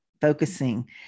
focusing